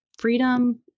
freedom